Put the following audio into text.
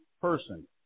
person